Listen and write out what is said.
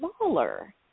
smaller